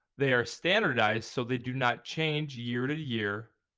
they are standardized, so they do not change year to year,